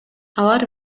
алар